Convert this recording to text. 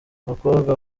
abakobwa